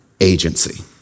agency